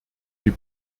die